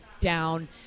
down